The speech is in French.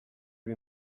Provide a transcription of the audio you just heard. lui